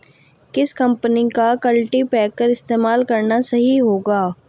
किस कंपनी का कल्टीपैकर इस्तेमाल करना सही होगा?